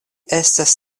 estas